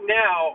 now